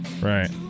Right